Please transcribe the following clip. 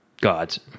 gods